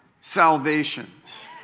salvations